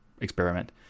experiment